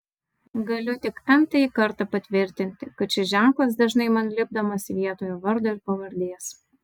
galiu tik n tąjį kartą patvirtinti kad šis ženklas dažnai man lipdomas vietoje vardo ir pavardės